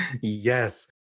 Yes